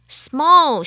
small